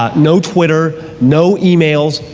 um no twitter, no emails,